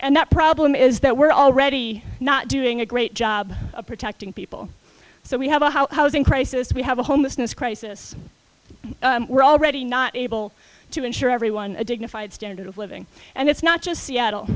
and that problem is that we're already not doing a great job of protecting people so we have a housing crisis we have a homelessness crisis we're already not able to insure everyone a dignified standard of living and it's not just seattle